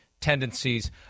tendencies